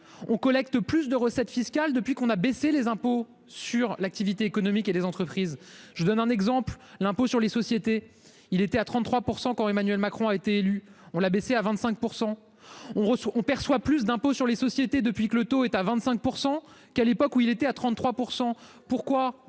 on collecte plus de recettes fiscales depuis qu'on a baissé les impôts sur l'activité économique et des entreprises. Je vous donne un exemple, l'impôt sur les sociétés. Il était à 33%, quand Emmanuel Macron a été élu, on l'a baissé à 25%. On reçoit, on perçoit plus d'impôt sur les sociétés depuis que le taux est à 25% qu'à l'époque où il était à 33%. Pourquoi